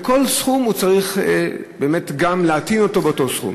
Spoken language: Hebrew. והוא צריך גם להטעין אותו באותו סכום.